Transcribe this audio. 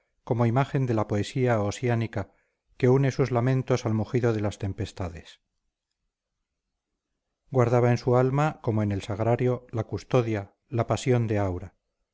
como imagen de la poesía osiánica que une sus lamentos al mugido de las tempestades guardada en su alma como en el sagrario la custodia la pasión de aura